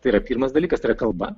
tai yra pirmas dalykas tai yra kalba